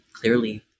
clearly